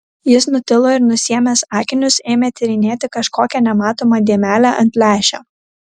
jis nutilo ir nusiėmęs akinius ėmė tyrinėti kažkokią nematomą dėmelę ant lęšio